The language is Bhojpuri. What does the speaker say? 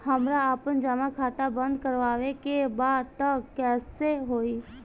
हमरा आपन जमा खाता बंद करवावे के बा त कैसे होई?